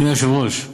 אדוני היושב-ראש,